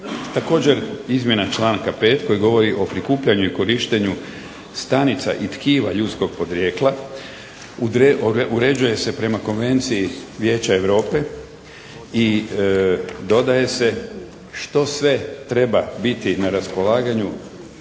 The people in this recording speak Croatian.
Također izmjena članka 5. koji govori o prikupljanju i korištenju stanica i tkiva ljudskog podrijetla. Uređuje se prema Konvenciji Vijeća Europe i dodaje se što sve treba biti na raspolaganju